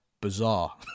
bizarre